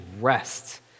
rest